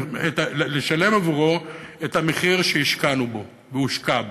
לשלם עבורו את המחיר שהשקענו בו והושקע בו.